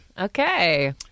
Okay